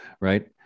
right